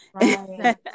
Right